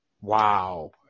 wow